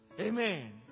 Amen